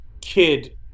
kid